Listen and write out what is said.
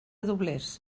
doblers